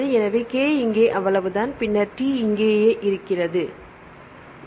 எனவே 'K' இங்கே அவ்வளவுதான் பின்னர் 'T' இங்கேயே இருக்கிறது மாணவர்